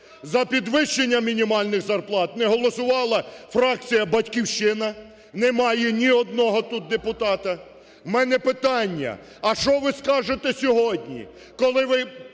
За підвищення мінімальних зарплат не голосувала фракція "Батьківщина", немає ні одного тут депутата. У мене питання: а що ви скажете сьогодні, коли ми